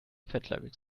fettleibig